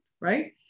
right